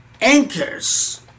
anchors